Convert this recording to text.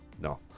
No